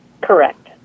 Correct